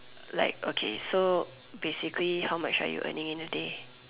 like okay so basically how much are you earning in a day